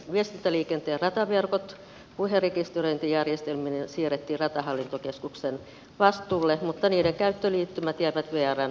viestintäliikenteen radioverkot puherekisteröintijärjestelmineen siirrettiin ratahallintokeskuksen vastuulle mutta niiden käyttöliittymät jäivät vr osakeyhtiölle